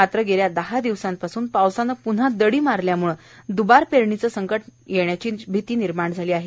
मात्र दहा दिवसांपासून पावसानं पुन्हा दडी मारल्यामुळे दुबार पेरणीचं संकट येण्याची भीती निर्माण झाली आहे